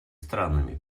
странами